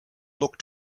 look